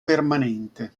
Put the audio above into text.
permanente